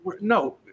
No